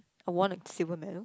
I won a silver medal